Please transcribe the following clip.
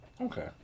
Okay